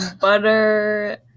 Butter